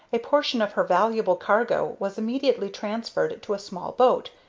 a portion of her valuable cargo was immediately transferred to a small boat,